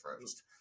first